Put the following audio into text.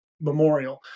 memorial